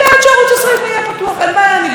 אני בכלל בעד שנוכל לשמוע תקשורת בצורה לא מסוננת,